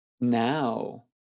now